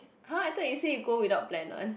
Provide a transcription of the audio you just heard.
!huh! I thought you say you go without plan one